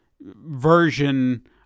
version